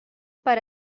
per